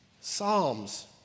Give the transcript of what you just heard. Psalms